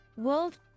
World